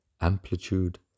amplitude